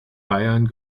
bayern